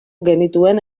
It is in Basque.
genituen